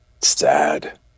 sad